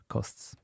Costs